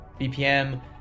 BPM